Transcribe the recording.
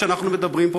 כשאנחנו מדברים פה,